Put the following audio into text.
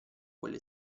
quelle